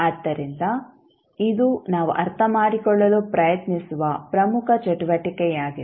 ಆದ್ದರಿಂದ ಇದು ನಾವು ಅರ್ಥಮಾಡಿಕೊಳ್ಳಲು ಪ್ರಯತ್ನಿಸುವ ಪ್ರಮುಖ ಚಟುವಟಿಕೆಯಾಗಿದೆ